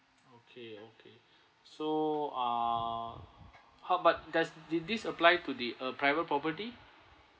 okay okay so ah how about does did this apply to the uh private property